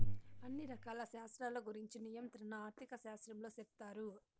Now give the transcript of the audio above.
అన్ని రకాల శాస్త్రాల గురుంచి నియంత్రణ ఆర్థిక శాస్త్రంలో సెప్తారు